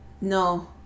No